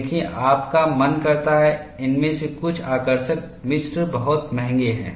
देखिए आपका मन करता है इनमें से कुछ आकर्षक मिश्र बहुत महंगे हैं